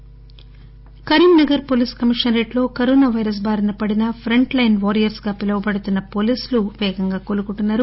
police corona Karimnagar police commissionerate లో corona virus బారిన పడిన ప్రంట్ లైస్ వారియర్స్ గా పిలువబడుతున్న పోలీసులు వేగంగా కోలుకుంటున్నారు